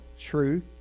true